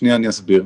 אני אסביר.